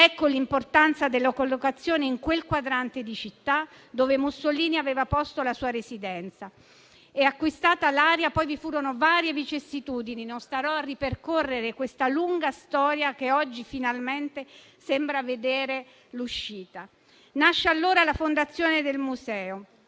Ecco l'importanza della collocazione in quel quadrante di città dove Mussolini aveva posto la sua residenza. Acquistata l'area, vi furono poi varie vicissitudini, ma non starò a ripercorrere questa lunga storia, che oggi finalmente sembra vedere una fine. Nacque allora la fondazione del museo